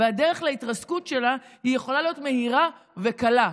והדרך להתרסקות שלה יכולה להיות מהירה וקלה.